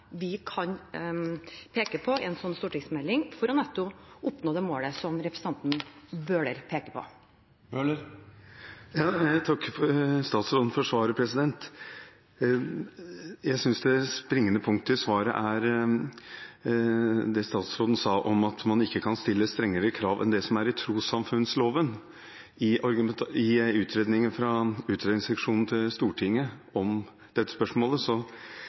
vi kan peke på i en sånn stortingsmelding, for nettopp å oppnå det målet som representanten Bøhler peker på. Jeg takker statsråden for svaret. Jeg synes det springende punktet i svaret er det statsråden sa, at man ikke kan stille strengere krav enn det som går fram av trossamfunnsloven. I svar fra Stortingets utredningsseksjon om dette spørsmålet